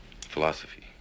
Philosophy